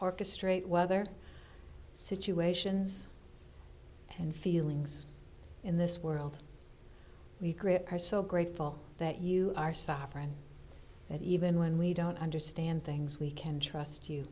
orchestrate weather situations and feelings in this world we are so grateful that you are sovereign and even when we don't understand things we can trust you